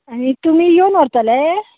आनी तुमी येवन व्हरतले